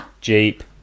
Jeep